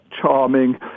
charming